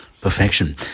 Perfection